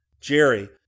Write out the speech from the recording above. Jerry